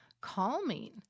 calming